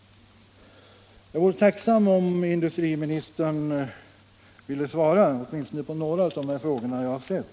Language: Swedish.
Jag vore tacksam om industriministern ville svara på åtminstone några av de frågor jag ställt.